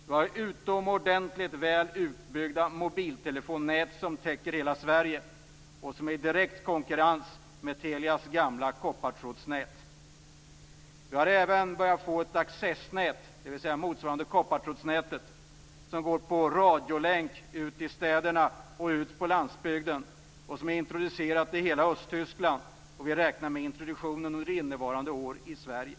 Det finns utomordentligt väl utbyggda telefonnät för mobiltelefon som täcker hela Sverige. De är i direkt konkurrens med Telias gamla koppartrådsnät. Vi har även börjat få ett accessnät, dvs. motsvarande koppartrådsnätet, som går på radiolänk till städerna och landsbygden. Det har introducerats i hela Östtyskland. Vi räknar med en introduktion under innevarande år i Sverige.